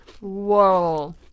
Whoa